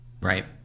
Right